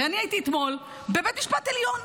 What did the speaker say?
הרי אני הייתי אתמול בבית המשפט העליון.